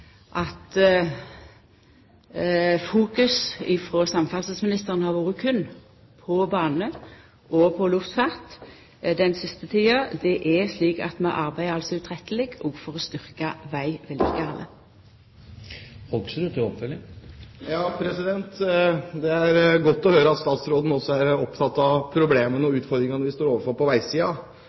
at samferdselsministeren berre har fokusert på bane og luftfart den siste tida. Det er slik at vi arbeider utrøtteleg òg for å styrkja vegvedlikehaldet. Det er godt å høre at statsråden også er opptatt av problemene og utfordringene vi står overfor på